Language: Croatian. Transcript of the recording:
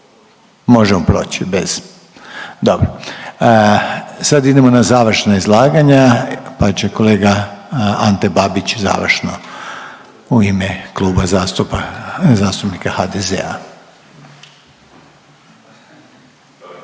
možemo proći bez? Dobro. Sad idemo na završna izlaganja pa će kolega Ante Babić završno u ime Kluba zastupa… zastupnika HDZ-a.